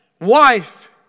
Wife